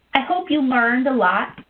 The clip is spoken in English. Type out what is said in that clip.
i hope you learned a lot,